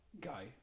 guy